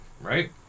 right